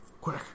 Quick